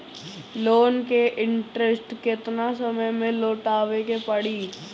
Loan के interest केतना समय में लौटावे के पड़ी?